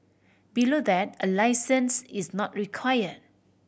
below that a licence is not require